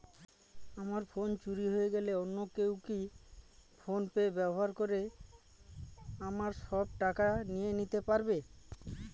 আমার ফোন চুরি হয়ে গেলে অন্য কেউ কি ফোন পে ব্যবহার করে আমার সব টাকা নিয়ে নিতে পারবে?